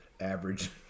average